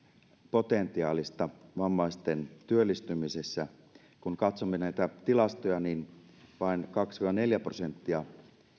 potentiaalista vammaisten työllistymisessä kun katsomme tilastoja niin vain kaksi viiva neljä prosenttia